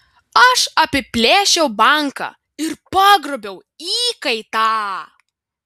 aš apiplėšiau banką ir pagrobiau įkaitą